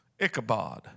Ichabod